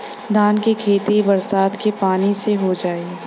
धान के खेती बरसात के पानी से हो जाई?